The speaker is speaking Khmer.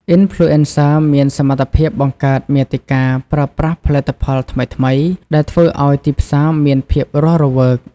អុីនផ្លូអេនសឹ មានសមត្ថភាពបង្កើតមាតិការប្រើប្រាស់ផលិតផលថ្មីៗ ដែលធ្វើឲ្យទីផ្សារមានភាពរស់រវើក។